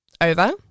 over